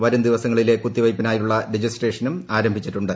വരും ദിവസങ്ങളിലെ കുത്തിവയ്പ്പിനായുളള രജിസ്ട്രേഷനും ആരംഭിച്ചിട്ടുണ്ട്